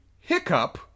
hiccup